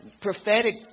prophetic